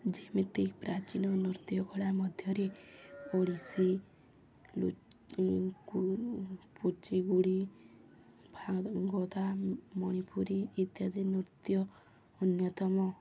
ଯେମିତି ପ୍ରାଚୀନ ନୃତ୍ୟକଳା ମଧ୍ୟରେ ଓଡ଼ିଶୀ କୁଚିପୁଡ଼ି ଗୋଦା ମଣିପୁରୀ ଇତ୍ୟାଦି ନୃତ୍ୟ ଅନ୍ୟତମ